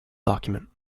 document